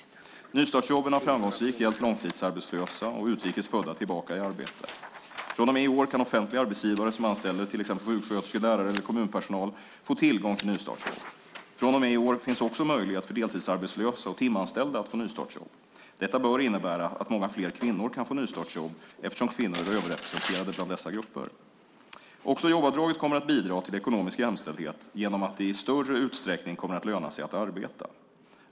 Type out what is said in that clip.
Nystartsjobben har framgångsrikt hjälpt långtidsarbetslösa och utrikes födda tillbaka i arbete. Från och med i år kan offentliga arbetsgivare, som anställer till exempel sjuksköterskor, lärare eller kommunpersonal, få tillgång till nystartsjobb. Från och med i år finns också möjlighet för deltidsarbetslösa och timanställda att få nystartsjobb. Detta bör innebära att många fler kvinnor kan få nystartsjobb eftersom kvinnor är överrepresenterade bland dessa grupper. Också jobbavdraget kommer att bidra till ekonomisk jämställdhet genom att det i större utsträckning kommer att löna sig att arbeta.